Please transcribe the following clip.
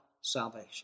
salvation